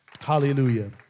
Hallelujah